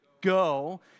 Go